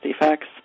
defects